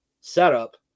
setup